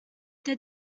they